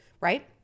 right